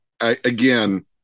again